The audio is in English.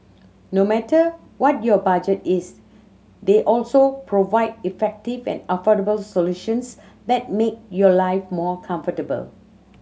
no matter what your budget is they also provide effective and affordable solutions that make your life more comfortable